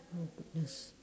oh goodness